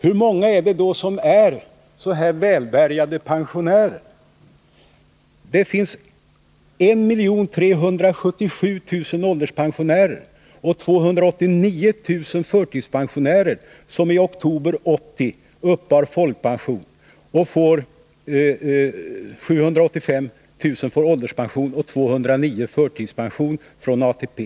Hur många pensionärer är det som är så välbärgade som de Gösta Andersson talar om? Av de ca 17377 000 ålderspensionärer och 289 000 förtidspensionärer som i oktober 1980 uppbar folkpension får ca 785 000 ålderspension och 209 000 förtidspension från ATP.